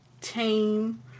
tame